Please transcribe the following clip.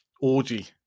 Orgy